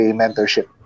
mentorship